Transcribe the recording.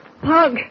Pug